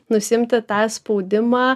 nusiimti tą spaudimą